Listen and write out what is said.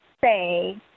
say